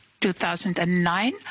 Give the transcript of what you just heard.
2009